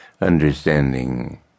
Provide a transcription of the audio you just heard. understanding